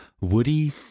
Woody